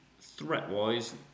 threat-wise